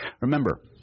Remember